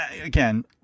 again